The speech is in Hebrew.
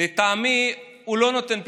לטעמי, לא נותן פתרון,